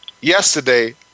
Yesterday